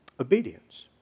obedience